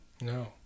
no